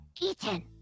eaten